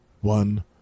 one